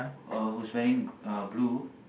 uh who's wearing uh blue